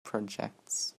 projects